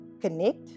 connect